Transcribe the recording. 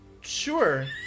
sure